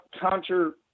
counter